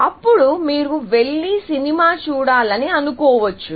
అప్పుడు మీరు వెళ్లి సినిమా చూడాలని అనుకోవచ్చు